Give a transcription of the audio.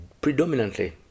predominantly